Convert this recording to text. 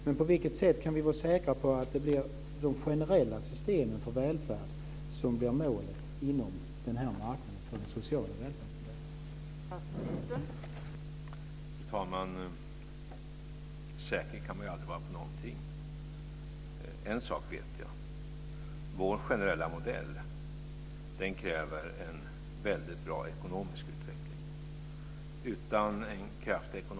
Men på vilket sätt kan vi vara säkra på att det blir de generella systemen för välfärd som blir målet inom marknaden för den sociala välfärdspolitiken?